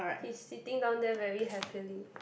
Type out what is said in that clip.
he's sitting down there very happily